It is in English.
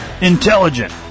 intelligent